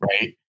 Right